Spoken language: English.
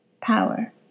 Power